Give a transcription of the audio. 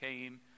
came